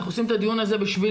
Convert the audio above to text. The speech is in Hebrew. אנחנו עושים את הדיון הזה בשביל,